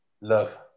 love